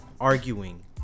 arguing